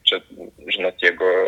čia žinot jeigu